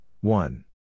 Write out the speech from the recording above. one